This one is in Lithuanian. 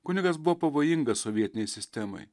kunigas buvo pavojingas sovietinei sistemai